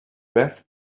beth